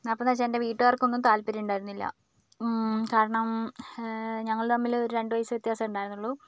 അപ്പോഴെന്ന് വെച്ചാൽ എൻ്റെ വീട്ടുകാർക്കൊന്നും താൽപര്യം ഉണ്ടായിരിന്നില്ല കാരണം ഞങ്ങൾ തമ്മിൽ ഒരു രണ്ട് വയസ്സ് വ്യത്യാസമെ ഉണ്ടായിരുന്നുള്ളൂ